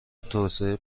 توسعه